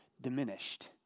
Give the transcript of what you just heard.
diminished